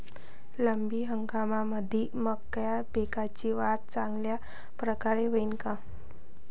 रब्बी हंगामामंदी मका पिकाची वाढ चांगल्या परकारे होईन का?